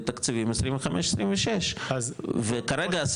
בתקציבים 25-26 וכרגע,